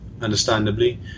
understandably